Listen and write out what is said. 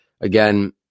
Again